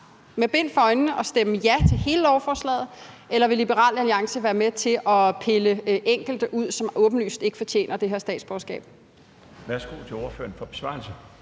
med bind for øjnene at stemme ja til hele lovforslaget? Eller vil Liberal Alliance være med til at pille enkelte ud, som åbenlyst ikke fortjener det her statsborgerskab?